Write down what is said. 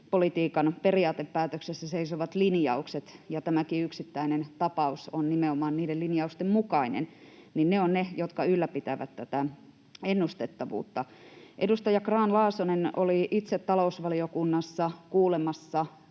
omistajapolitiikan periaatepäätöksessä seisovat linjaukset, — tämäkin yksittäinen tapaus on nimenomaan niiden linjausten mukainen — ovat ne, jotka ylläpitävät tätä ennustettavuutta. Edustaja Grahn-Laasonen oli itse talousvaliokunnassa kuulemassa